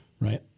right